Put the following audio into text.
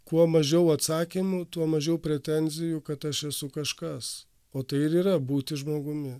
kuo mažiau atsakymų tuo mažiau pretenzijų kad aš esu kažkas o tai ir yra būti žmogumi